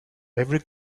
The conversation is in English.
every